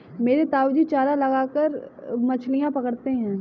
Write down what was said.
मेरे ताऊजी चारा लगाकर मछलियां पकड़ते हैं